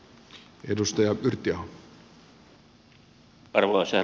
arvoisa herra puhemies